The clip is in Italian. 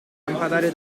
lampadario